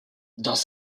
dans